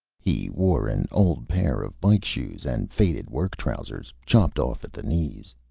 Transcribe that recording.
he wore an old pair of bike shoes and faded work trousers, chopped off at the knees,